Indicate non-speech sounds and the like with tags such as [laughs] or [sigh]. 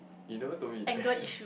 you never told me that [laughs]